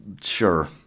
sure